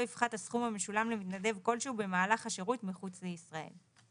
יפחת הסכום המשולם למתנדב כלשהו במהלך השירות מחוץ לישראל.